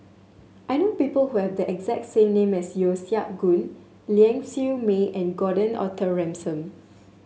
I know people who have the exact same name as Yeo Siak Goon Ling Siew May and Gordon Arthur Ransome